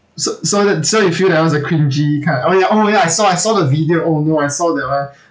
so so that so you feel that was a cringy kind oh ya oh ya I saw I saw the video oh no I saw that one